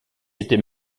était